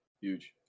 huge